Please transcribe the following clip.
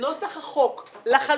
לנוסח החוק, לחלוטין.